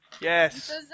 yes